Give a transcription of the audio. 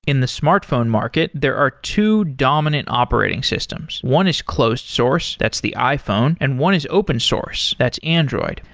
in the smartphone market, there are two dominant operating systems one is closed source, that's the iphone, and one is open source, that's android.